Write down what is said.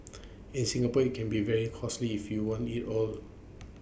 in Singapore IT can be very costly if you want IT all